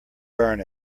burn